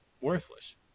worthless